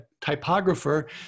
typographer